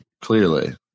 clearly